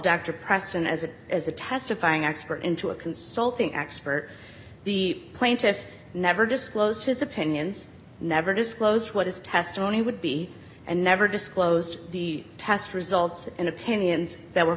dr preston as a as a testifying expert into a consulting expert the plaintiff never disclosed his opinions never disclosed what his testimony would be and never disclosed the test results and opinions that were